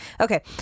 Okay